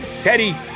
Teddy